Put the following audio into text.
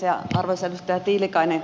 ja arvoisa edustaja tiilikainen